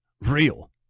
real